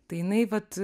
tai jinai vat